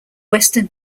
western